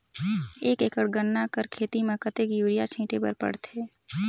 एक एकड़ गन्ना कर खेती म कतेक युरिया छिंटे बर पड़थे?